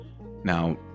now